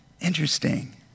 Interesting